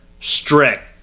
Strict